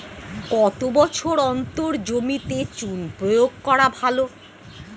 কত বছর অন্তর জমিতে চুন প্রয়োগ করা ভালো?